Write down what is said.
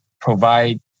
provide